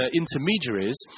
intermediaries